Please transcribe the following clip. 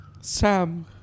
Sam